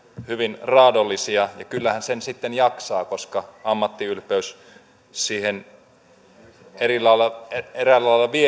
hyvin raadollisia ja kyllähän sen sitten jaksaa koska ammattiylpeys siihen eräällä lailla vie